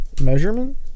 Measurement